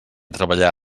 treballar